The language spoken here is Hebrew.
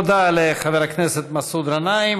תודה לחבר הכנסת מסעוד גנאים.